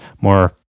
more